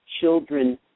children